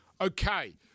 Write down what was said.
Okay